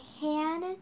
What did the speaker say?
hand